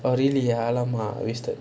are really ah !alamak! wasted